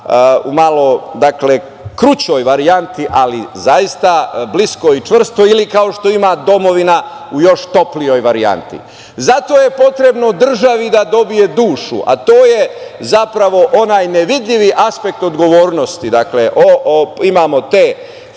u maloj krućoj varijanti, ali zaista bliskoj i čvrstoj ili kao što ima domovina u još toplijoj varjanti. Zato je potrebno državi da dobije dušu, a to je zapravo onaj nevidljivi aspekt odgovornosti. Imamo te